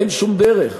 אין שום דרך,